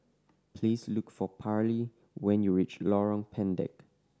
please look for Parlee when you reach Lorong Pendek